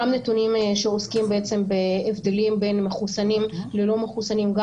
גם נתונים שעוסקים בהבדלים בין מחוסנים ללא מחוסנים גם